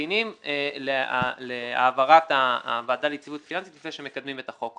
ממתינים להעברת הוועדה ליציבות פיננסית לפני שמקדמים את החוק.